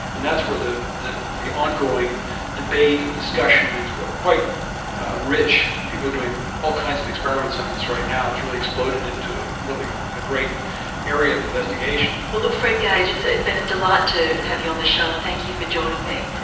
and that's where the the ongoing debate and discussion is quite quite rich, people are doing all kinds of experiments on this right now, it's really exploded into ah really a great area of investigation. well look, fred gage, it's ah it's been a delight to have you on the show and thank you for joining me.